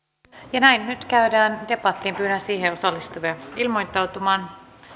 ja näin nyt käydään debattiin pyydän siihen osallistuvia ilmoittautumaan